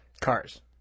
Cars